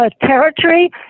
territory